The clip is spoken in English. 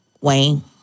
Wayne